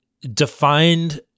defined